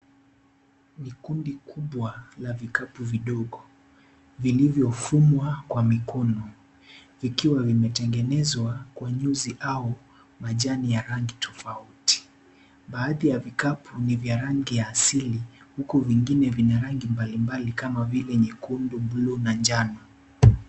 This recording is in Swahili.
Ni kundi kubwa la vikapu vidogo vilivyofungwa kwa mikono vikiwa vimetengenezwa kwa nyuzi au majani ya rangi tofauti baadhi vya vikapu ni vya rangi asili huku vingine vina rangi mbali mbali kama vile nyekundu, bluu na njano.